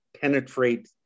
penetrate